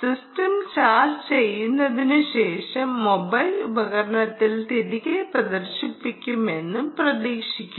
system charge ചെയ്തതിനുശേഷം mobile ഉപകരണത്തിൽ തിരികെ പ്രദർശിപ്പിക്കുമെന്നും പ്രതീക്ഷിക്കുന്നു